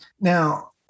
Now